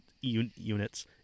units